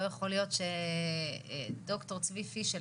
לא יכול להיות שד"ר צבי פיש,